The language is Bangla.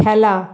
খেলা